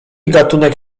gatunek